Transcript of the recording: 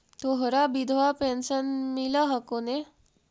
तोहरा विधवा पेन्शन मिलहको ने?